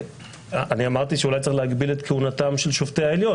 אני אמרתי שאולי צריך להגביל את כהונתם של שופטי העליון,